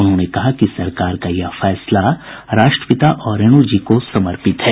उन्होंने कहा कि सरकार का यह फैसला राष्ट्रपिता और रेणु जी को समर्पित है